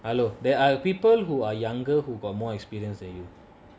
hello there are people who are younger who got more experience than you